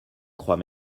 croix